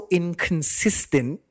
inconsistent